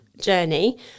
journey